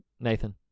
Nathan